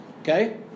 Okay